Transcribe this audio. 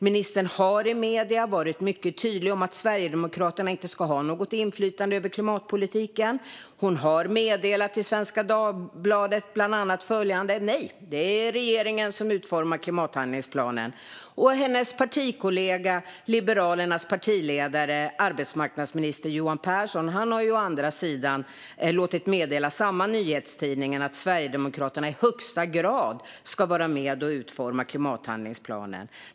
Ministern har i medierna varit mycket tydlig med att Sverigedemokraterna inte ska ha något inflytande över klimatpolitiken. Hon har i Svenska Dagbladet meddelat bland annat följande: Nej, det är regeringen som utformar klimathandlingsplanen. Hennes partikollega och Liberalernas partiledare, arbetsmarknadsminister Johan Pehrson, har å andra sidan i samma nyhetstidning låtit meddela att Sverigedemokraterna i högsta grad ska vara med och utforma klimathandlingsplanen.